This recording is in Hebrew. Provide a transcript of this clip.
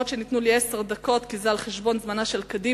אף-על-פי שניתנו לי עשר דקות כי זה על חשבון זמנה של קדימה.